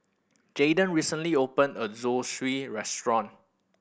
Jadon recently open a new Zosui Restaurant